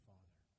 Father